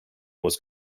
was